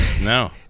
No